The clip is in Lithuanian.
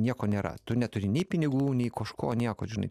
nieko nėra tu neturi nei pinigų nei kažko nieko žinai